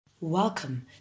Welcome